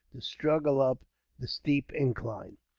to struggle up the steep incline.